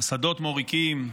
השדות מוריקים,